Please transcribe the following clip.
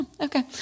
okay